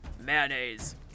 mayonnaise